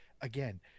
again